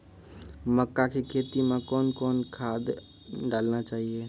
मक्का के खेती मे कौन कौन खाद डालने चाहिए?